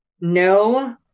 no